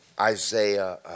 Isaiah